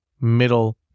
middle